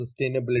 sustainability